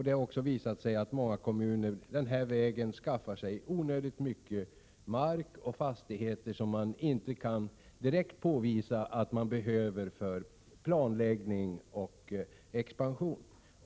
Det har också visat sig att många kommuner denna väg skaffar sig en onödig mängd mark och fastigheter som de inte direkt kan påvisa att de behöver för planläggning och expansion.